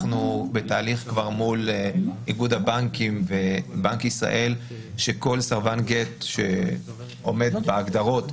אנחנו בתהליך מול איגוד הבנקים ובנק ישראל שכל סרבן גט שעומד בהגדרות,